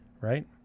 right